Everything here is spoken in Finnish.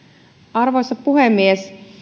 arvoisa puhemies